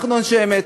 אנחנו אנשי אמת,